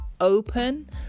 open